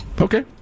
Okay